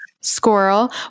Squirrel